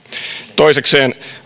toisekseen